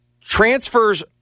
transfers